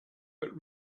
but